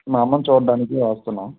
మా అమ్మని చూడడానికి వస్తున్నాం